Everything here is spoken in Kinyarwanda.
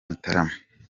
mutarama